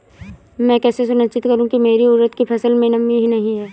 मैं कैसे सुनिश्चित करूँ की मेरी उड़द की फसल में नमी नहीं है?